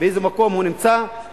באיזה מקום הוא נמצא,